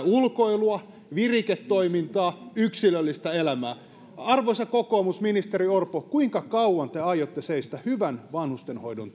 ulkoilua viriketoimintaa yksilöllistä elämää arvoisa kokoomus ministeri orpo kuinka kauan te aiotte seistä hyvän vanhustenhoidon